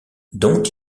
dont